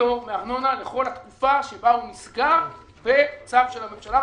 פטור מארנונה לכל התקופה שבה הוא נסגר בצו של הממשלה.